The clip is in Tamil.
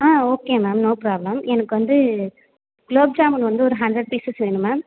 ஆ ஓகே மேம் நோ ப்ராப்ளம் எனக்கு வந்து க்லோப் ஜாமுன் வந்து ஒரு ஹண்ட்ரேட் பீஸஸ் வேணும் மேம்